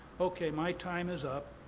okay, my time is up.